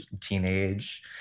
teenage